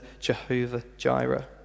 Jehovah-Jireh